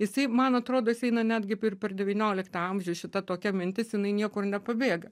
jisai man atrodo jis eina netgi per per devynioliktą amžių šita tokia mintis jinai niekur nepabėga